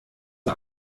der